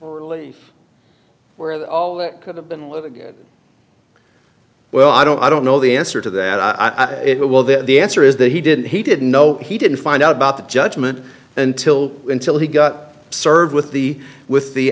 relief where the all that could have been live again well i don't i don't know the answer to that i it well that the answer is that he didn't he didn't know he didn't find out about the judgment until until he got served with the with the